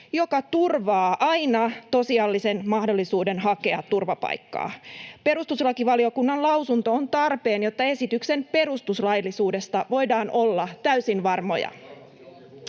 joka turvaa aina tosiasiallisen mahdollisuuden hakea turvapaikkaa. Perustuslakivaliokunnan lausunto on tarpeen, jotta esityksen perustuslaillisuudesta voidaan olla täysin varmoja.